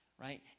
right